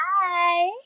Hi